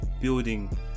building